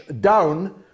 down